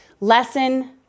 Lesson